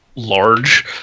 Large